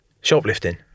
shoplifting